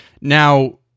Now